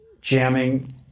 Jamming